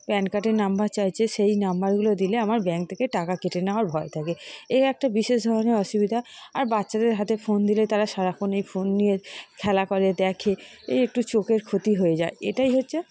pan কার্ডের number চাইছে সেই নাম্বারগুলো দিলে আমার ব্যাঙ্ক থেকে টাকা কেটে নেওয়ার ভয় থাকে এই একটা বিশেষ ধরনের অসুবিধা আর বাচ্চাদের হাতে ফোন দিলে তারা সারাক্ষণ এই ফোন নিয়ে খেলা করে দেখে এই একটু চোখের ক্ষতি হয়ে যায় এটাই হচ্ছে